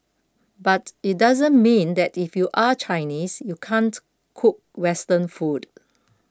but it doesn't mean that if you are Chinese you can't cook Western food